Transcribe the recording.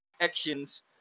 actions